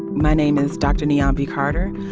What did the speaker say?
my name is dr. niambi carter.